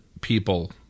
people